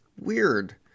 Weird